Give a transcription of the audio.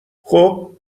خوب